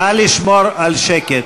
נא לשמור על שקט.